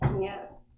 Yes